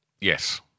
Yes